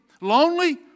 Lonely